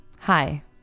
Hi